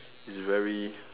is very